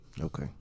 Okay